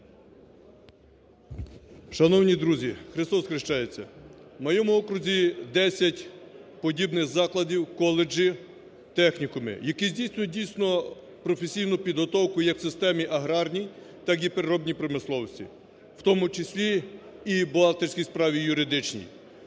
Шановні друзі! Христос охрещається! В моєму окрузі 10 подібних закладів – коледжі, технікуми, які здійснюють дійсно професійну підготовку як в системі аграрній, так і в переробній промисловості, в тому числі і в бухгалтерській справі і юридичній.